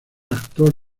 actor